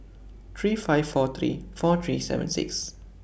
three five four three four three seven six